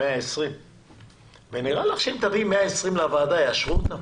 120. ונראה לך שאם תביאי לוועדה יאשרו אותם?